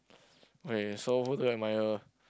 okay so who do you admire